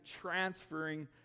transferring